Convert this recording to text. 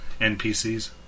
NPCs